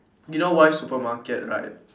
you know why supermarket right